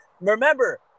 Remember